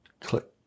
click